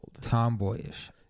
Tomboyish